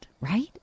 Right